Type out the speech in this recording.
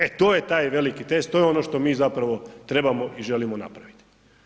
E to je taj veliki test, to je ono što mi zapravo trebamo i želimo napraviti.